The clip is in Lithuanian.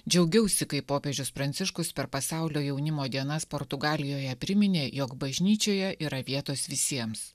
džiaugiausi kai popiežius pranciškus per pasaulio jaunimo dienas portugalijoje priminė jog bažnyčioje yra vietos visiems